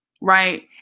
right